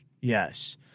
Yes